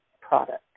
product